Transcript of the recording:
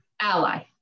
ally